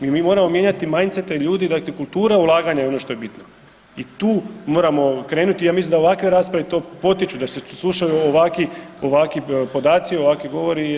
Mi moramo mijenjati majncete ljudi dakle kultura ulaganja je ono što je bitno i tu moramo krenuti i ja mislim da ovakve rasprave to potiču da se slušaju ovakvi podaci i ovakvi govori.